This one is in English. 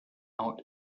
out